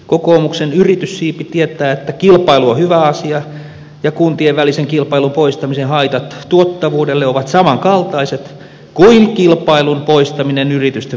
kokoomuksen yrityssiipi tietää että kilpailu on hyvä asia ja kuntien välisen kilpailun poistamisen haitat tuottavuudelle ovat samankaltaiset kuin kilpailun poistaminen yritysten väliltä